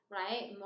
right